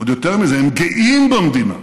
עוד יותר מזה, הם גאים במדינה,